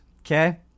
Okay